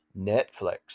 netflix